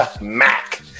Mac